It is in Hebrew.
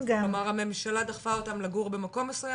גם --- כלומר הממשלה דחפה אותם לגור במקום מסוים,